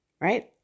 Right